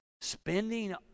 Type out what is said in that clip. spending